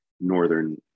northern